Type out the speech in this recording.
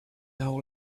hold